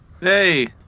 Hey